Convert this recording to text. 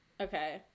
Okay